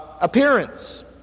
appearance